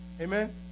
Amen